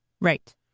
Right